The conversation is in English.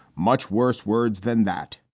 much worse words than that